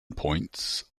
points